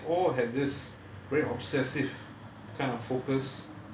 I mean whatever you wanna call it they've all had this very obsessive